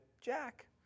Jack